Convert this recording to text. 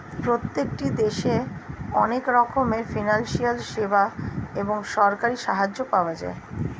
প্রত্যেকটি দেশে অনেক রকমের ফিনান্সিয়াল সেবা এবং সরকারি সাহায্য পাওয়া যায়